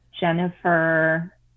jennifer